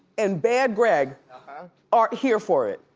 and bad greg are here for it.